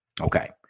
Okay